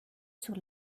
sur